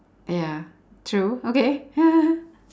ya true okay